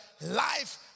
life